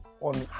on